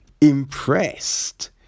impressed